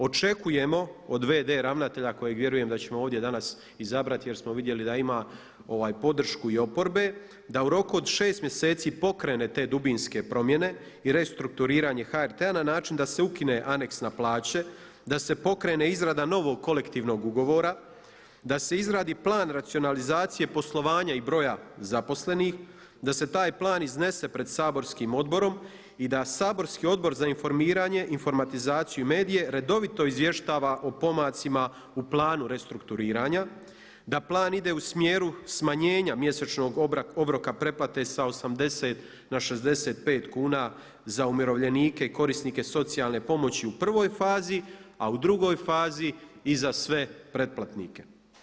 Očekujemo od v.d. ravnatelja kojeg vjerujem da ćemo ovdje danas izabrati jer smo vidjeli da ima podršku i oporbe, da u roku od šest mjeseci pokrene te dubinske promjene i restrukturiranje HRT-a na način da se ukine aneks na plaće, da se pokrene izrada novog kolektivnog ugovora, da se izradi plan racionalizacije poslovanja i broja zaposlenih, da se taj plan iznese pred saborskim odborom i da saborski Odbor za informiranje, informatizaciju i medije redovito izvještava o pomacima u planu restrukturiranja, da plan ide u smjeru smanjenje mjesečnog obroka preplate sa 80 na 65 kuna za umirovljenike i korisnike socijalne pomoći u prvoj fazi, a u drugoj fazi i za sve pretplatnike.